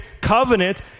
covenant